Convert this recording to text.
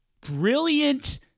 brilliant